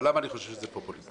אבל למה אני חושב שזה פופוליסטי?